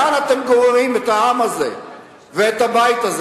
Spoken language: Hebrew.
לאן אתם גוררים את העם הזה ואת הבית הזה?